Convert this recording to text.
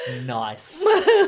Nice